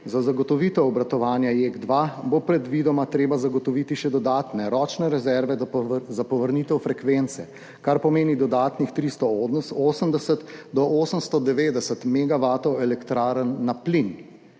za zagotovitev obratovanja JEK2 bo predvidoma treba zagotoviti še dodatne ročne rezerve za povrnitev frekvence, kar pomeni dodatnih 380 do 890 megavatov elektrarn na plin.